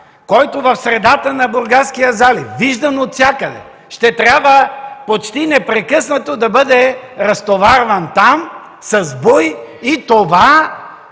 който в средата на Бургаския залив, виждан отвсякъде, ще трябва почти непрекъснато да бъде разтоварван там с буи, и това